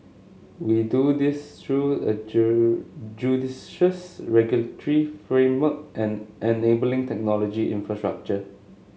we do this through a judicious regulatory framework and enabling technology infrastructure